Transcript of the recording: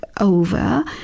over